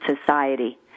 society